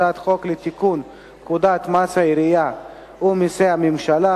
הצעת חוק לתיקון פקודת מסי העירייה ומסי הממשלה